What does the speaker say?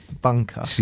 bunker